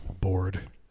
Bored